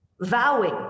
vowing